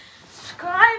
Subscribe